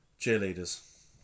Cheerleaders